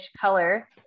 color